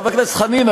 חבר הכנסת חנין,